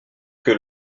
que